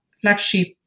flagship